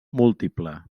múltiple